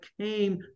came